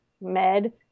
med